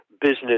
business